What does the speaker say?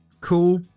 cool